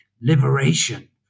Liberation